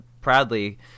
proudly